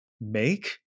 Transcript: make